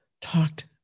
talked